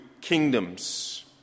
kingdoms